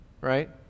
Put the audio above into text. Right